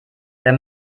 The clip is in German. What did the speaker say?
wenn